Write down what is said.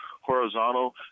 horizontal